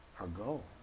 ago,